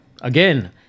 again